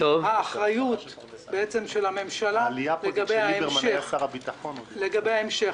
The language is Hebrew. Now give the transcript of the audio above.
האחריות של הממשלה לגבי ההמשך,